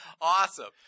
Awesome